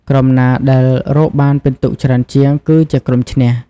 ក្រុមណាដែលរកបានពិន្ទុច្រើនជាង គឺជាក្រុមឈ្នះ ។